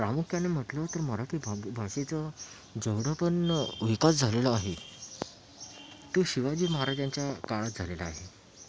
प्रामुख्याने म्हटलं तर मराठी भा भाषेचं जेवढं पण विकास झालेला आहे तो शिवाजी महाराजांच्या काळात झालेला आहे